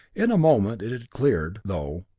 in a moment it had cleared, though,